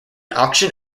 auction